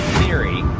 theory